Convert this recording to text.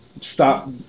stop